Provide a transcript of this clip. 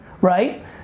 right